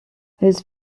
his